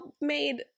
made